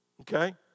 okay